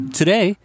today